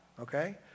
okay